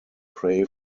pray